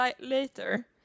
later